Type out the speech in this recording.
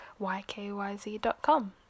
YKYZ.com